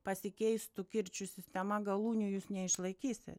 pasikeistų kirčių sistema galūnių jūs neišlaikysi